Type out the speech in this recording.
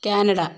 Canada